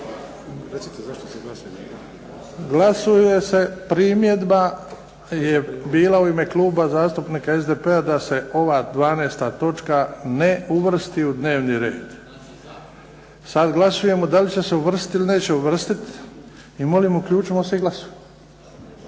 uključimo se i glasujmo. Glasuje se primjedba je bila u ime Kluba zastupnika SDP-a da se ova 12. točka ne uvrsti u dnevni red. Sad glasujemo da li će se uvrstiti ili neće uvrstiti i molim uključimo se i glasujmo.